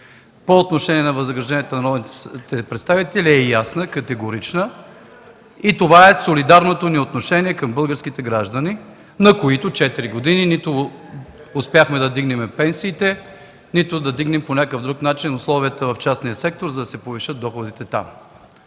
по отношение на възнагражденията на народните представители е ясна, категорична и това е солидарното ни отношение към българските граждани, на които четири години нито успяхме да вдигнем пенсиите, нито да вдигнем по някакъв друг начин условията в частния сектор, за да се повишат доходите там.